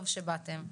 טוב שבאתם.